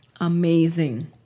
Amazing